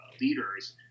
leaders